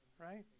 Right